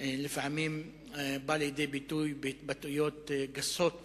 שלפעמים בא לידי ביטוי בהתבטאויות גסות